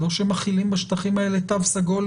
שמחילים בשטחים האלה תו סגול